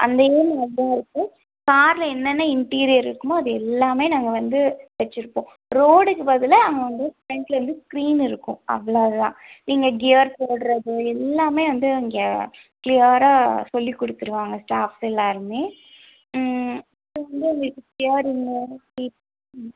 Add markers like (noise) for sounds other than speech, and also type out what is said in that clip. அதே மாதிரி தான் இருக்கும் காரில் என்ன என்ன இன்டீரியர் இருக்குமோ அது எல்லாமே நாங்கள் வந்து வச்சுருப்போம் ரோடுக்கு பதிலாக (unintelligible) ஃப்ரெண்டில் வந்து ஸ்க்ரீன் இருக்கும் அவ்வளோ தான் நீங்கள் கியர் போடுறது எல்லாமே வந்து இங்கே க்ளியராக சொல்லி கொடுத்துருவாங்க ஸ்டாஃப்ஸ் எல்லோருமே அப்புறம் வந்து உங்களுக்கு ஃபியர் இல்லை (unintelligible)